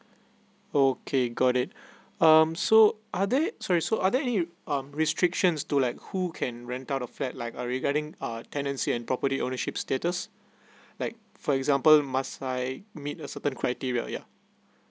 okay got it um so are there sorry so are there any um restrictions to like who can rent out of flat like uh regarding uh tenancy and property ownership status like for example must I meet a certain criteria yeah